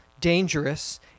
dangerous